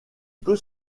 peu